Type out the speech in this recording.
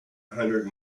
hundred